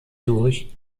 durch